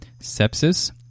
sepsis